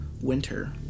winter